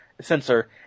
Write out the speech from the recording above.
sensor